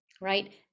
right